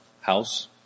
house